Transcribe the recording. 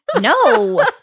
No